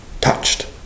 touched